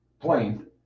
plane